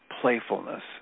playfulness